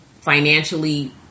financially